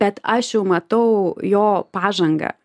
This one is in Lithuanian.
bet aš jau matau jo pažangą